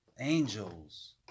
angels